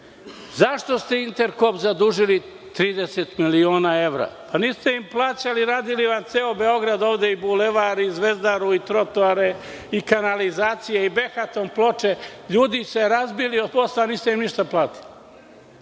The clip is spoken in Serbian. ste „Interkop“ zadužili 30 miliona evra? Niste im plaćali, a radili vam ceo Beograd ovde, Bulevar, Zvezdaru, trotoare, kanalizacije i behaton ploče. Ljudi se razbili od posla, a niste im ništa platili.